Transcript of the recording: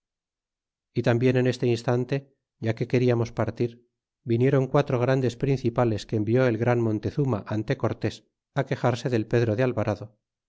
y tambien en este instante ya que queriamos partir vinieron quatro grandes principales que envió el gran montezuma ante cortes á quejarse del pedro de alvarado